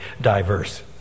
diverse